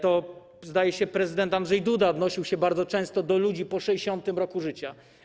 To, zdaje się, prezydent Andrzej Duda odnosił się bardzo często do ludzi po 60. roku życia.